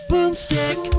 Boomstick